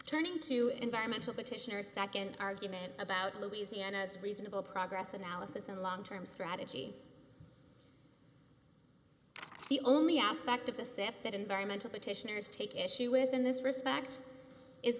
turning to environmental petitioner nd argument about louisiana's reasonable progress analysis and long term strategy the only aspect of a step that environmental petitioners take issue with in this respect is